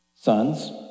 sons